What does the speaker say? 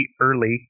early